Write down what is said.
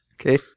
Okay